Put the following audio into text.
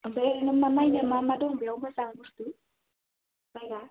ओमफ्राय ओरैनो नायनो मा मा दं बेयाव मोजां बुस्थु जायगा